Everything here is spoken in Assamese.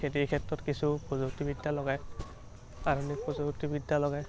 খেতিৰ ক্ষেত্ৰত কিছু প্ৰযুক্তিবিদ্যা লগায় আধুনিক প্ৰযুক্তিবিদ্যা লগায়